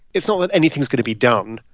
it's not that anything's going to be done.